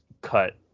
cut